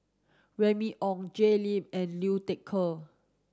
Remy Ong Jay Lim and Liu Thai Ker